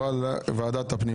הצעת החוק עברה לוועדת הפנים.